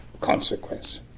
consequence